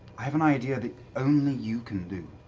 i have an idea that only you can do.